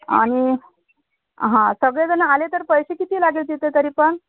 आणि हां सगळेजणं आले तर पैसे किती लागेल तिथे तरी पण